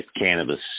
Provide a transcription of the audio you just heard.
cannabis